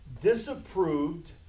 disapproved